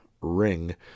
ring